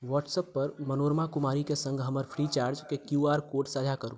WhatsApp पर मनोरमा कुमारी के संग हमर फ्रीचार्ज के क्यू आर कोड साझा करू